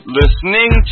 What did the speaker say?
listening